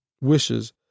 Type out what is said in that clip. wishes